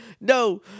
No